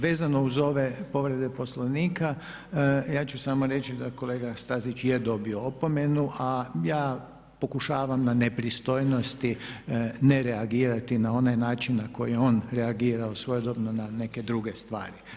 Vezano uz ove povrede Poslovnika ja ću samo reći da kolega Stazić je dobio opomenu, a ja pokušavam na nepristojnosti ne reagirati na onaj način na koji je on reagirao svojedobno na neke druge stvari.